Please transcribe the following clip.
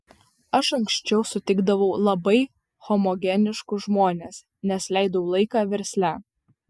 aš anksčiau sutikdavau labai homogeniškus žmones nes leidau laiką versle